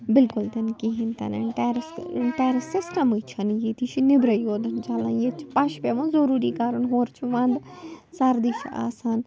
بِلکُل تِنہٕ کِہیٖنۍ تِنہٕ ٹٮ۪رَس ٹٮ۪رَس سِسٹَمٕے چھِنہٕ ییٚتہِ یہِ چھِ نٮ۪برٕے یوت چلان ییٚتہِ چھِ پَش پٮ۪وان ضُروٗری کَرُن ہورٕ چھُ وَنٛدٕ سردی چھِ آسان